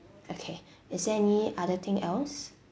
okay is there any other thing else